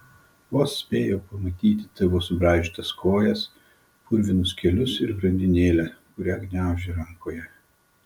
vos spėju pamatyti tavo subraižytas kojas purvinus kelius ir grandinėlę kurią gniauži rankoje